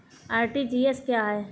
RTGS क्या है?